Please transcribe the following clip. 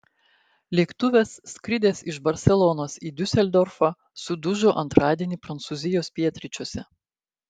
lėktuvas skridęs iš barselonos į diuseldorfą sudužo antradienį prancūzijos pietryčiuose